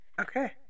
Okay